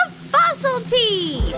ah fossil teeth.